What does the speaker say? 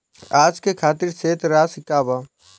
आज के खातिर शेष राशि का बा?